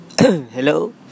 Hello